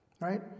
right